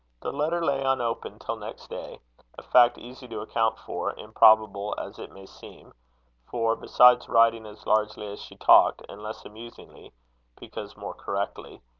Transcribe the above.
the letter lay unopened till next day a fact easy to account for, improbable as it may seem for besides writing as largely as she talked, and less amusingly because more correctly,